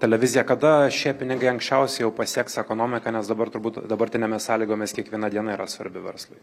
televizija kada šie pinigai anksčiausiai jau pasieks ekonomiką nes dabar turbūt dabartinėmis sąlygomis kiekviena diena yra svarbi verslui